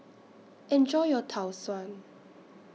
Enjoy your Tau Suan